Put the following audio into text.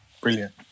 Brilliant